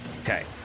Okay